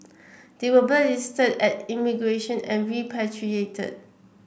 they were blacklisted at immigration and repatriated